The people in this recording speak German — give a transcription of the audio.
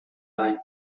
ein